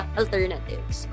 alternatives